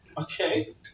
Okay